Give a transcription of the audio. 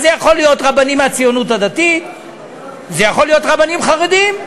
זה יכול להיות רבנים מהציונות הדתית וזה יכול להיות רבנים חרדים.